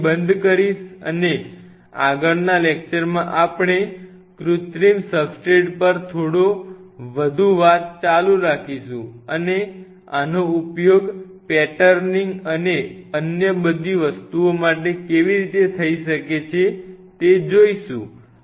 હું અહીં બંધ કરીશ અને આગળના લેક્ચરમાં આપણે કૃત્રિમ સબસ્ટ્રેટ પર થોડો વધુ વાત ચાલુ રાખીશું અને આનો ઉપયોગ પેટર્નિંગ અને અન્ય બધી વસ્તુઓ માટે કેવી રીતે થઈ શકે તે જોઈશું